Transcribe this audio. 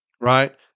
right